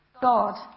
God